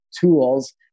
tools